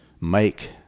make